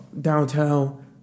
downtown